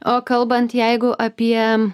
o kalbant jeigu apie